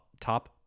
top